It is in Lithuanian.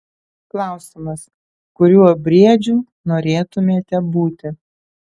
klausimas kuriuo briedžiu norėtumėte būti